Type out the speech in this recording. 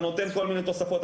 אתה נותן כל מיני תוספות,